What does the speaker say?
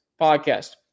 podcast